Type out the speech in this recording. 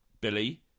Billy